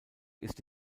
ist